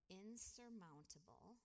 insurmountable